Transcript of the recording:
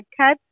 cut